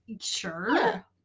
Sure